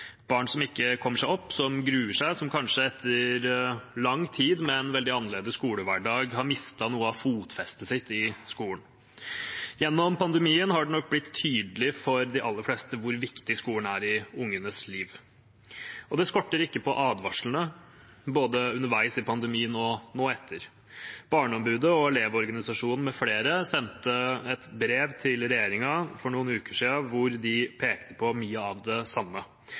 barn som ikke kommer seg opp, som gruer seg, som kanskje etter lang tid, med en veldig annerledes skolehverdag, har mistet noe av fotfestet sitt i skolen. Gjennom pandemien har det nok blitt tydelig for de aller fleste hvor viktig skolen er i ungenes liv, og det skorter ikke på advarslene både underveis i pandemien og nå etter. Barneombudet og Elevorganisasjonen med flere sendte et brev til regjeringen for noen uker siden, hvor de pekte på mye av det samme.